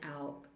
out